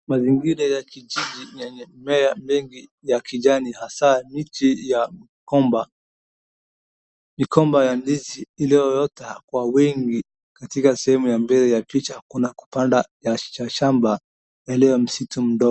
Mazingira ya kijiji yenye mimea mingi ya kijani hasa miti ya migomba. Migomba ya ndizi iliyoota kwa wingi katika sehemu ya picha kuna kupanda cha shamba ndani ya msitu mdogo.